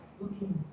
looking